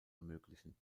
ermöglichen